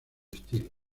estilo